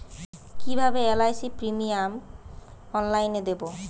কিভাবে LIC premium অনলাইনে দেবো?